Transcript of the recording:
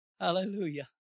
Hallelujah